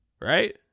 right